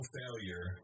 failure